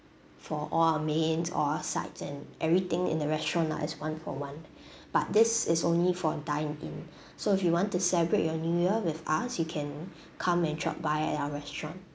for all our mains all our sides and everything in the restaurant lah it's one for one but this is only for dine in so if you want to celebrate your new year with us you can come and drop by at our restaurant